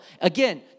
Again